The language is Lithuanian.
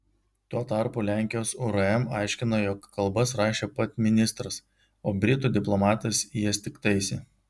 tuo tarpu lenkijos urm aiškina jog kalbas rašė pat ministras o britų diplomatas jas tik taisė